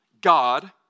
God